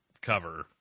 cover